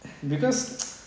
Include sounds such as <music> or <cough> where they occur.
because <noise>